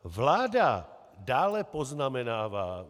Vláda dále poznamenává...